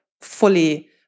fully